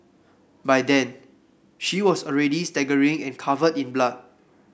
by then she was already staggering and covered in blood